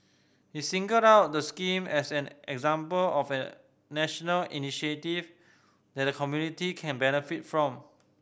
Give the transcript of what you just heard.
he singled out the scheme as an example of a national initiative that the community can benefit from